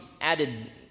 added